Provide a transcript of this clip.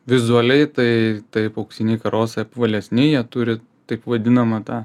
vizualiai tai taip auksiniai karosai apvalesni jie turi taip vadinamą tą